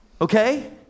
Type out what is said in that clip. okay